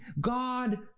God